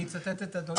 אני אצטט את אדוני.